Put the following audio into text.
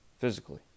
physically